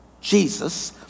Jesus